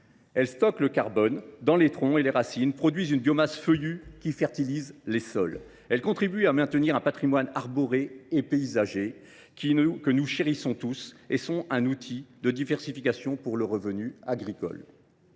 Elles stockent le carbone dans les troncs et les racines, et produisent une biomasse feuillue qui fertilise les sols. Elles favorisent le maintien d’un patrimoine arboré et paysager, que nous chérissons tous, et représentent un levier de diversification des revenus agricoles.